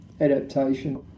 adaptation